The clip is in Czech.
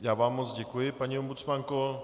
Já vám děkuji, paní ombudsmanko.